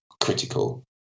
critical